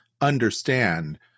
understand